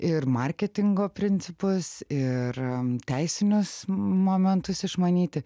ir marketingo principus ir teisinius momentus išmanyti